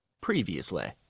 Previously